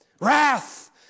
wrath